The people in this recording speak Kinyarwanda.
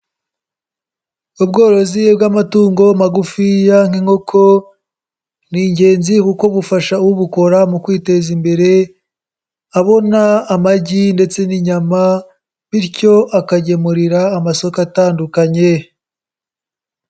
Ubworozi bw'amatungo magufiya nk'inkoko ni ingenzi kuko bufasha ubukora mu kwiteza imbere, abona amagi ndetse n'inyama bityo akagemurira amasoko atandukanye.